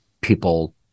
people